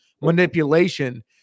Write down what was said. manipulation